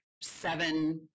seven